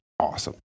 awesome